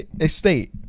Estate